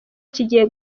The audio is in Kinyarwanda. kigiye